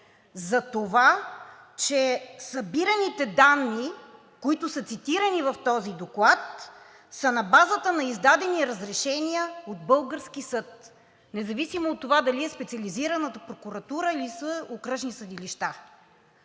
за това, че събираните данни, които са цитирани в този доклад, са на базата на издадени разрешения от български съд независимо от това дали е Специализираната прокуратура, или са окръжни съдилища.